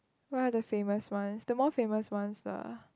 what are the famous one the more famous ones are